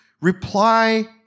reply